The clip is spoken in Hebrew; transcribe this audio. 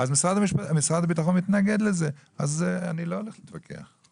משרד הביטחון מתנגד לזה ואני לא הולך להתווכח.